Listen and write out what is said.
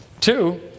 Two